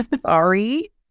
Sorry